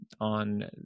on